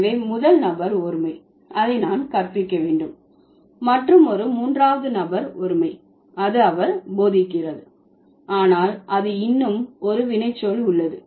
எனவே முதல் நபர் ஒருமை அதை நான் கற்பிக்க வேண்டும் மற்றும் ஒரு மூன்றாவது நபர் ஒருமை அது அவர் போதிக்கிறது ஆனால் அது இன்னும் ஒரு வினைச்சொல் உள்ளது